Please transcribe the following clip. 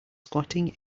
squatting